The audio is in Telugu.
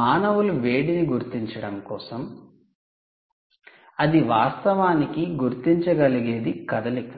మానవుల వేడిని గుర్తించడం కోసం అది వాస్తవానికి గుర్తించగలిగేది కదలిక